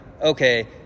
okay